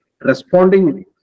responding